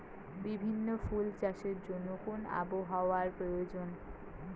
বিভিন্ন ফুল চাষের জন্য কোন আবহাওয়ার প্রয়োজন?